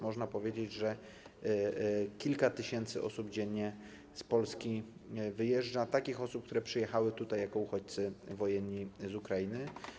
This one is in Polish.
Można powiedzieć, że kilka tysięcy osób dziennie z Polski wyjeżdża, takich osób, które przyjechały tutaj jako uchodźcy wojenni z Ukrainy.